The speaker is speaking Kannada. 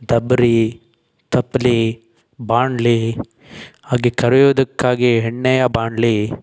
ಡಬ್ರಿ ತಪ್ಲೆ ಬಾಂಡ್ಲೆ ಹಾಗೆ ಕರಿಯುವುದಕ್ಕಾಗಿ ಎಣ್ಣೆಯ ಬಾಂಡ್ಲೆ